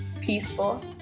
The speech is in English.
peaceful